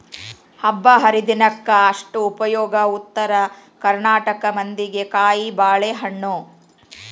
ಹಬ್ಬಾಹರಿದಿನಕ್ಕ ಅಷ್ಟ ಉಪಯೋಗ ಉತ್ತರ ಕರ್ನಾಟಕ ಮಂದಿಗೆ ಕಾಯಿಬಾಳೇಹಣ್ಣ